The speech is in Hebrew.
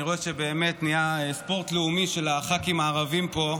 אני רואה שבאמת נהיה ספורט לאומי של הח"כים הערבים פה,